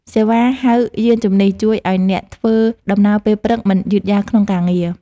សេវាហៅយានជំនិះ ជួយឱ្យអ្នកធ្វើដំណើរពេលព្រឹកមិនយឺតយ៉ាវក្នុងការងារ។